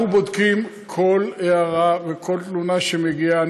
אנחנו בודקים כל הערה וכל תלונה שמגיעה.